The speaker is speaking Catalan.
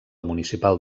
municipal